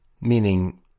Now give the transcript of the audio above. meaning